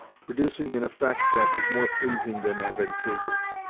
producing an effect that was more pleasing than advantageous.